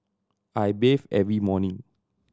I bathe every morning